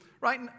right